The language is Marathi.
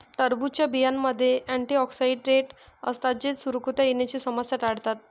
टरबूजच्या बियांमध्ये अँटिऑक्सिडेंट असतात जे सुरकुत्या येण्याची समस्या टाळतात